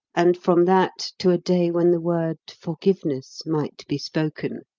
and from that to a day when the word forgiveness might be spoken.